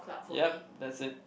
yup that's it